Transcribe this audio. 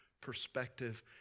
perspective